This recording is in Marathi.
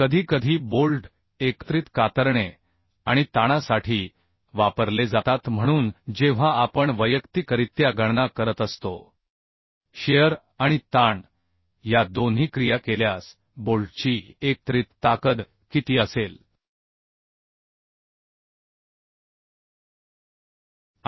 कधीकधी बोल्ट एकत्रित कातरणे आणि ताणासाठी वापरले जातात म्हणून जेव्हा आपण वैयक्तिकरित्या गणना करत असतो बोल्टची कातरणे सामर्थ्य आणि ताण सामर्थ्य आपल्याला हे देखील मोजावे लागेल की जर कातरणे आणि ताण या दोन्ही क्रिया केल्यास बोल्टची एकत्रित ताकद किती असेल